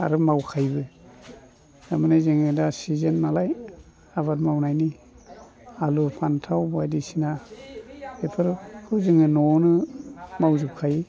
आरो मावखायोबो थारमाने जोङो दा सिजेन नालाय आबाद मावनायनि आलु फानथाव बायदिसिना बेफोरखौ जों न'आवनो मावजोबखायो